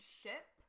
ship